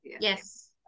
yes